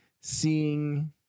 seeing